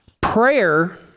Prayer